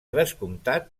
descomptat